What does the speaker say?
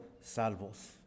salvos